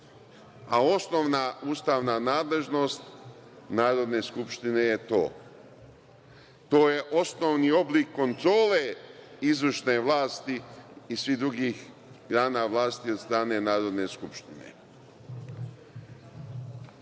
a osnovna ustavna nadležnost Narodne skupštine je to. To je osnovni oblik kontrole izvršne vlasti i svih drugih grana vlasti od strane Narodne skupštine. Pošto